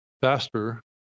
Faster